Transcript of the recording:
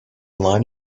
line